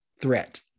threat